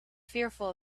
fearful